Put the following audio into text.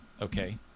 Okay